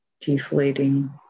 deflating